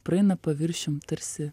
praeina paviršium tarsi